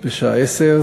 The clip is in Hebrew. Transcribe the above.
בשעה 10:00,